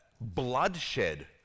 bloodshed